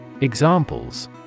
Examples